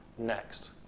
Next